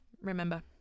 remember